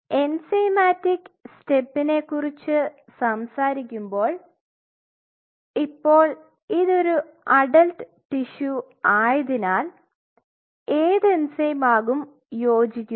enzymatic സ്റ്റെപ്പ്നെ കുറിച്ച് സംസാരിക്കുമ്പോൾ ഇപ്പോൾ ഇത് ഒരു അഡൽറ്റ് ടിഷ്യു ആയതിനാൽ ഏത് എൻസൈം ആകും യോജിക്കുക